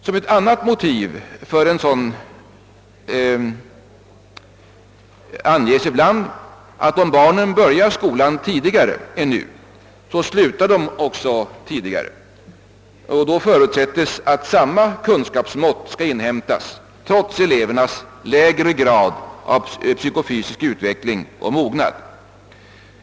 Som ett annat motiv för en dylik anges ibland att om barnen börjar skolan tidigare än nu, så slutar de också skolan tidigare, och då förutsättes att samma kunskapsmått skall inhämtas trots elevernas lägre grad av psykofysisk utveckling och mognad.